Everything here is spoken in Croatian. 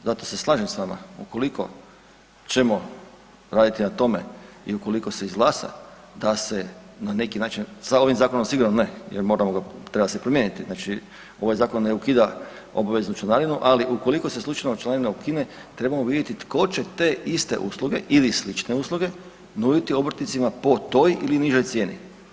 Zato se slažem s vama, ukoliko ćemo raditi na tome i ukoliko se izglasa da se na neki način, sa ovim sigurno ne jer moramo ga, treba se promijeniti, znači ovaj zakon ne ukida obaveznu članarinu, ali ukoliko se slučajno članarina ukine, trebamo vidjeti tko će te iste usluge ili slične usluge nuditi obrtnicima po toj ili nižoj cijeni.